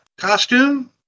Costume